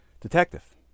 detective